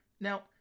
Now